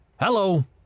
Hello